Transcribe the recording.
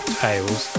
tales